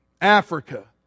Africa